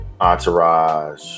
Entourage